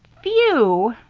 few!